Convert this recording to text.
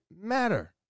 matter